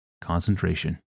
concentration